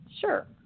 sure